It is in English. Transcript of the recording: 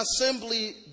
assembly